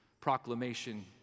proclamation